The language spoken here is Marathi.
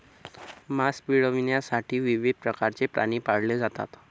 मांस मिळविण्यासाठी विविध प्रकारचे प्राणी पाळले जातात